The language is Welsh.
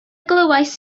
glywais